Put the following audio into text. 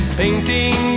painting